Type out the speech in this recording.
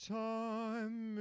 time